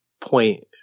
point